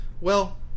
Well